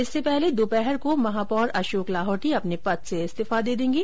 इससे पहले दोपहर को महापौर अशोक लाहोटी अपने पद से इस्तीफा देंगे